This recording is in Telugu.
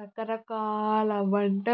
రకరకాల వంట